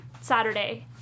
Saturday